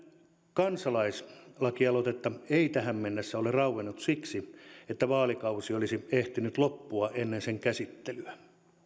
kansalaislakialoitetta ei tähän mennessä ole rauennut siksi että vaalikausi olisi ehtinyt loppua ennen sen käsittelyä